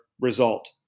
result